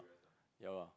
ya lah